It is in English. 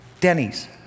Denny's